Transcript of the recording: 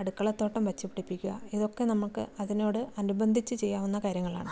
അടുക്കള തോട്ടം വെച്ച് പിടിപ്പിക്കുക ഇതൊക്കെ നമുക്ക് അതിനോട് അനുബന്ധിച്ച് ചെയ്യാവുന്ന കാര്യങ്ങളാണ്